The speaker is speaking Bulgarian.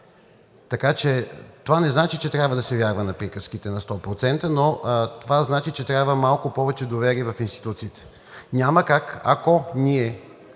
така че това не значи, че трябва да се вярва на приказките 100%, но това значи, че трябва малко повече доверие в институциите. Няма как, ако ние,